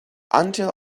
until